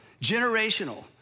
generational